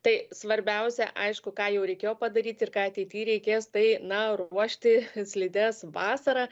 tai svarbiausia aišku ką jau reikėjo padaryti ir ką ateity reikės tai na ruošti slides vasarą